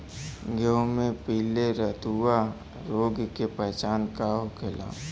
गेहूँ में पिले रतुआ रोग के पहचान का होखेला?